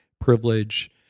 privilege